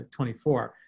24